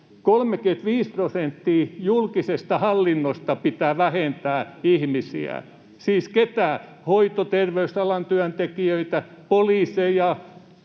35 prosenttia julkisesta hallinnosta pitää vähentää ihmisiä. Siis keitä? Hoito- ja terveysalan työntekijöitä, poliiseja,